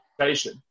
education